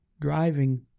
driving